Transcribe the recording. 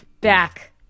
back